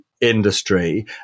industry